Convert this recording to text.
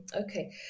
Okay